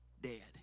dead